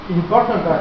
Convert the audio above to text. important